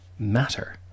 matter